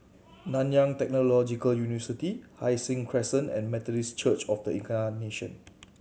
Nanyang Technological University Hai Sing Crescent and Methodist Church Of The Incarnation